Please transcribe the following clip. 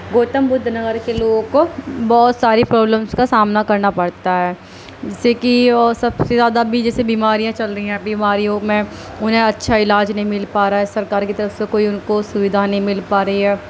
گوتم بدھ نگر کے لوگوں کو بہت ساری پرابلمس کا سامنا کرنا پڑتا ہے جیسے کہ سب سے زیادہ ابھی جیسے بیماریاں چل رہی ہیں بیماریوں میں انہیں اچھا علاج نہیں مل پا رہا ہے سرکار کی طرف سے کوئی ان کو سویدھا نہیں مل پا رہی ہے